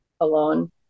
alone